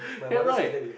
have right